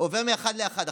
עובר מאחד לאחד.